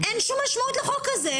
אין שום משמעות לחוק הזה.